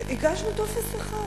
הגשנו טופס אחד.